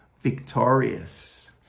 victorious